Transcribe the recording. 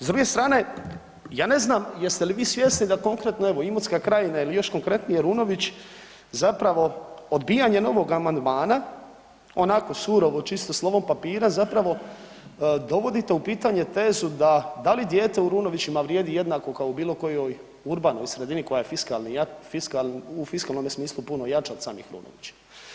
S druge strane, ja ne znam jeste li vi svjesni da konkretno evo Imotska krajina ili još konkretnije Runović zapravo odbijanjem ovog amandmana onako surovo čisto slovo papira zapravo dovodite u pitanje tezu da da li dijete u Runovićima vrijedi jednako kao u bilo kojoj urbanoj sredini koja je fiskalni, u fiskalnome smislu pno jača od samih Runovića?